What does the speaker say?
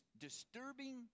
disturbing